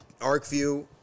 ArcView